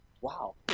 Wow